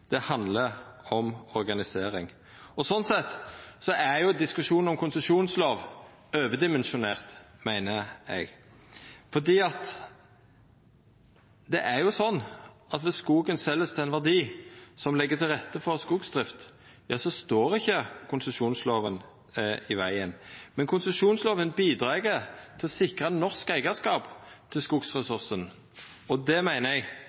Det handlar om organisering. Slik sett er diskusjonen om konsesjonslov overdimensjonert, meiner eg, for det er jo slik at viss skogen vert seld til ein verdi som legg til rette for skogsdrift, står ikkje konsesjonslova i vegen. Men konsesjonslova bidreg til å sikra norsk eigarskap til skogsressursen. Det meiner eg,